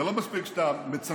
זה לא מספיק שאתה מצנזר,